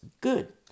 good